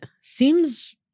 seems